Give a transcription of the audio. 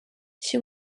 she